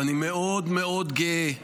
ואני מאוד מאוד גאה בכנסת,